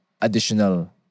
additional